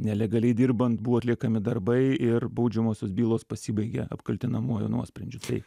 nelegaliai dirbant buvo atliekami darbai ir baudžiamosios bylos pasibaigė apkaltinamuoju nuosprendžiu tai